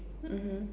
mmhmm